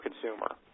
consumer